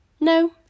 no